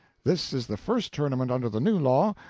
this is the first tournament under the new law,